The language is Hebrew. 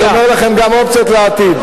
זה שומר לכם גם אופציות לעתיד.